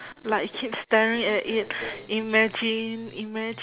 like keep staring at it imagine imagine